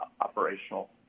operational